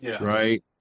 right